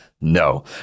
No